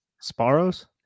Sparrows